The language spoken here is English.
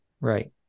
Right